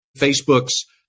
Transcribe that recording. Facebook's